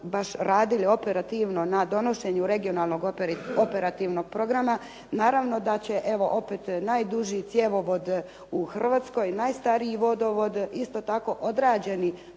baš radili operativno na donošenju regionalnog operativnog programa, naravno da će evo opet najduži cjevovod u Hrvatskoj, najstariji vodovod isto tako određeni